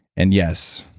and yes,